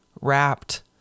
wrapped